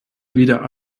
wieder